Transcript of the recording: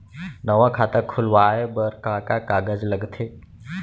नवा खाता खुलवाए बर का का कागज लगथे?